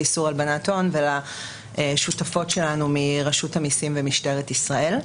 לאיסור הלבנת הון ולשותפות שלנו מרשות המיסים ומשטרת ישראל.